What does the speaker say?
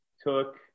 took